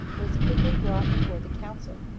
was quickly brought before the council.